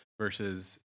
versus